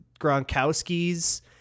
Gronkowski's